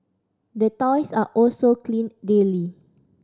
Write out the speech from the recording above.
the toys are also cleaned daily